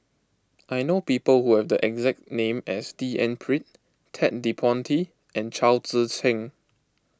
I know people who have the exact name as D N Pritt Ted De Ponti and Chao Tzee Cheng